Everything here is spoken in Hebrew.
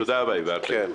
תודה רבה, אדוני.